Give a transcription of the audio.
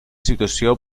situació